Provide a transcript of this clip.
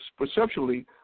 perceptually